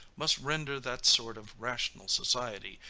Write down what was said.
must render that sort of rational society,